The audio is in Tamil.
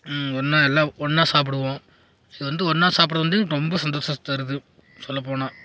ஒன்றா எல்லாம் ஒன்றா சாப்பிடுவோம் இது வந்து ஒன்றா சாப்பிட்றது வந்து ரொம்ப சந்தோஷத்தை தருது சொல்ல போனால்